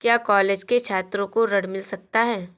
क्या कॉलेज के छात्रो को ऋण मिल सकता है?